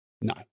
no